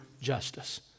justice